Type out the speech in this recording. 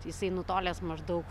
jisai nutolęs maždaug